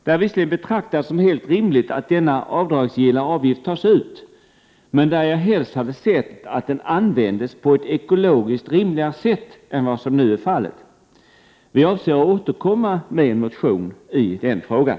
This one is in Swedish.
Jag betraktar det visserligen som helt rimligt att denna avdragsgilla avgift tas ut, men jag hade helst sett att den användes på ett ekologiskt rimligare sätt än vad som nu är fallet. Vi avser att återkomma med en motion i den frågan.